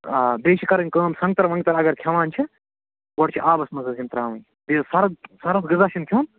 آ بیٚیہِ چھِ کَرٕنۍ کٲم سنٛگتر ونٛگتر اگر کھٮ۪وان چھِ گۄڈٕ چھِ آبس منٛز حظ یِم ترٛاوٕنۍ بیٚیہِ حظ سرٕد سرٕد غذا چھُنہٕ کھیوٚن